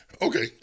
Okay